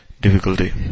difficulty